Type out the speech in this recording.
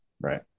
Right